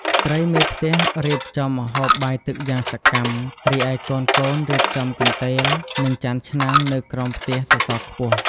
ស្ត្រីមេផ្ទះរៀបចំម្ហូបបាយទឹកយ៉ាងសកម្ម រីឯកូនៗរៀបចំកន្ទេល និងចានឆ្នាំងនៅក្រោមផ្ទះសសរខ្ពស់។